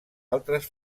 altres